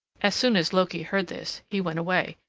as soon as loki heard this he went away,